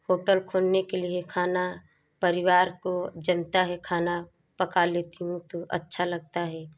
hotel खोलने के लिए खाना परिवार को जानता है खाना पका लेती हूँ तो अच्छा लगता है